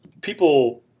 people –